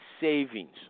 savings